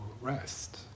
rest